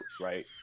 right